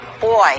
boy